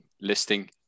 listing